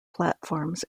platforms